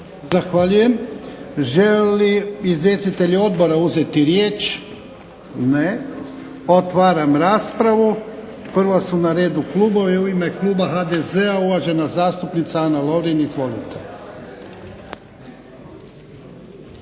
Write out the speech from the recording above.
Zahvaljujem. Žele li izvjestitelji Odbora uzeti riječ? Ne. Otvaram raspravu. Prvo su na redu klubovi. U ime Kluba HDZ-a uvažena zastupnica Ana Lovrin. Izvolite.